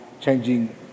changing